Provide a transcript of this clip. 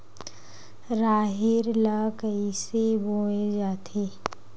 राहेर ल कइसे बोय जाथे?